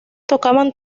tocaban